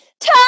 Touch